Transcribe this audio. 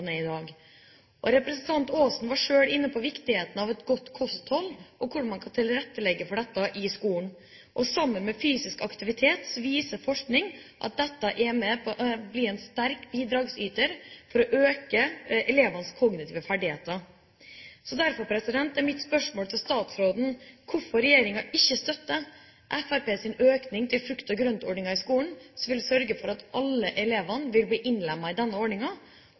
er i dag. Representanten Aasen var inne på dette med et godt kosthold og hvordan en kan tilrettelegge for det i skolen. Forskning viser at sammen med fysisk aktivitet er dette en sterk bidragsyter for å øke elevenes kognitive ferdigheter. Derfor er mitt spørsmål til statsråden: Hvorfor støtter ikke regjeringa Fremskrittspartiets forslag om en økning av frukt-og-grønt-ordningen i skolen, som vil sørge for at alle elevene vil bli innlemmet i denne